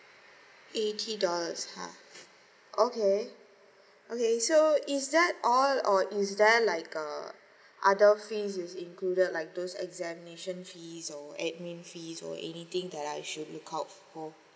eighty dollars ah okay okay so is that all or is there like uh other fees is included like those examination fees or admin fees or anything that I should look out for